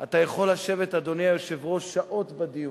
אתה יכול לשבת, אדוני היושב-ראש, שעות בדיון,